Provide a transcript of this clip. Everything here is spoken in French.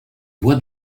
bois